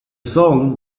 song